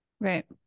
Right